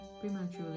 prematurely